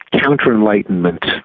counter-enlightenment